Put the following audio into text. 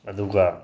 ꯑꯗꯨꯒ